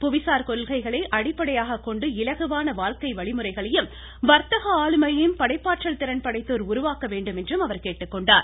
புவி சார் கொள்கைகளை அடிப்படையாக கொண்டு இலகுவான வாழ்க்கை வழிமுறைகளையும் வர்த்தக ஆளுமையையும் படைப்பாற்றல் திறன் படைத்தோர் உருவாக்க வேண்டும் என்றும் அவர் கேட்டுக்கொண்டார்